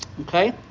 Okay